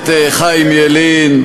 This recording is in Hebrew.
חיים ילין,